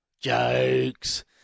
Jokes